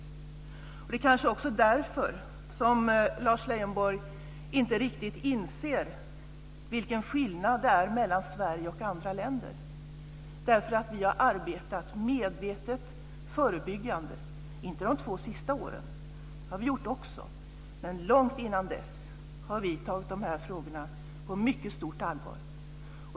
Det är kanske också därför som Lars Leijonborg inte riktigt inser vilken skillnad det är mellan Sverige och andra länder. Vi har arbetat medvetet förebyggande, och inte bara de två senaste åren - det har vi också gjort, men långt innan dess har vi tagit de här frågorna på mycket stort allvar.